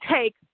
take